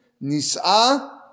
Nisa